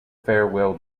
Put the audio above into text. farewell